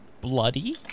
Bloody